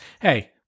Hey